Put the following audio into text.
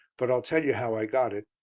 but i'll tell you how i got it.